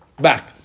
back